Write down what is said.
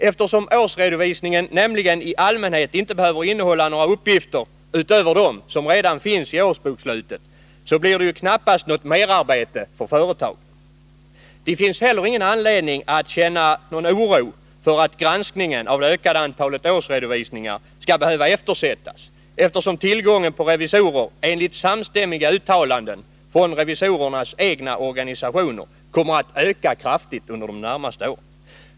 Eftersom årsredovisningen i allmänhet inte behöver innehålla några uppgifter utöver dem som redan finns i årsbokslutet blir det knappast något merarbete för företagen. Det finns heller ingen anledning att känna oro för att granskningen av det ökade antalet årsredovisningar skall behöva eftersättas, eftersom tillgången på revisorer, enligt samstämmiga uttalanden från revisorernas egna organisationer, kommer att öka kraftigt under de närmaste åren.